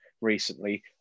recently